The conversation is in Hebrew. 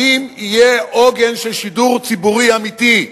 האם יהיה עוגן של שידור ציבורי אמיתי?